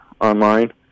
online